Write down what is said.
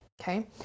Okay